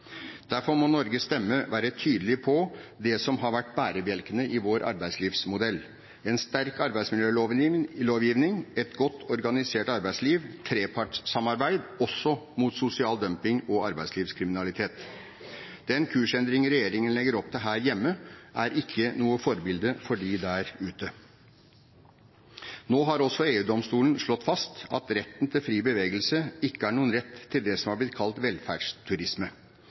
Derfor må Norges stemme være tydelig på det som har vært bærebjelkene i vår arbeidslivsmodell: en sterk arbeidsmiljølovgivning, et godt organisert arbeidsliv, trepartssamarbeid – også mot sosial dumping og arbeidslivkriminalitet. Den kursendring regjeringen legger opp til her hjemme, er ikke noe forbilde for dem der ute. Nå har også EU-domstolen slått fast at retten til fri bevegelse ikke er noen rett til det som er blitt kalt velferdsturisme.